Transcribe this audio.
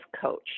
coach